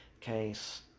case